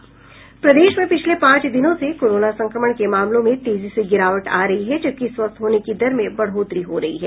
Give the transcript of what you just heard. प्रदेश में पिछले पांच दिनों से कोरोना संक्रमण के मामलों में तेजी से गिरावट आ रही है जबकि स्वस्थ होने की दर में बढ़ोतरी हो रही है